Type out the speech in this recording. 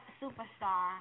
superstar